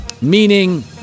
Meaning